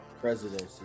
presidency